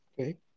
Okay